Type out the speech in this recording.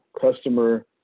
customer